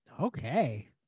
Okay